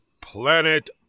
Planet